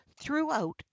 throughout